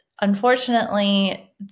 unfortunately